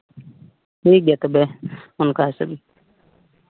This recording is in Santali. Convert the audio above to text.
ᱴᱷᱤᱠ ᱜᱮᱭᱟ ᱛᱚᱵᱮ ᱚᱱᱠᱟ ᱦᱤᱥᱟᱹᱵᱽ